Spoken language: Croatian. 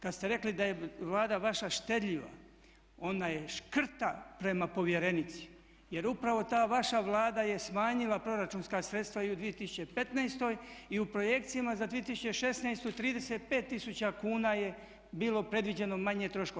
Kad ste rekli da je Vlada vaša štedljiva, ona je škrta prema povjerenici jer upravo ta vaša Vlada je smanjila proračunska sredstva i u 2015.i u projekcijama za 2016. 35 tisuća kuna je bilo predviđeno manje troškova.